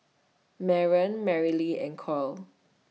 Barron Marilee and Coy